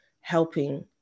helping